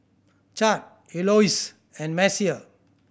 Chadd Eloise and Messiah